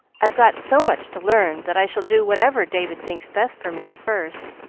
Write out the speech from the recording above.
i've got so much to learn, that i shall do whatever david thinks best for me at first,